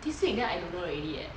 this week then I don't know already leh